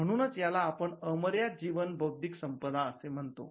म्हणूनच याला आपण अमर्याद जीवन बौद्धिक संपदा म्हणतो